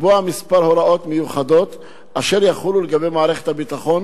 לקבוע כמה הוראות מיוחדות אשר יחולו לגבי מערכת הביטחון